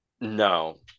No